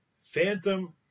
Phantom